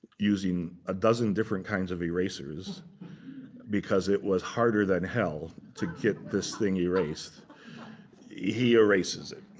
using a dozen different kinds of erasers because it was harder than hell to get this thing erased he erases it.